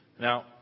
Now